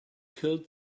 killed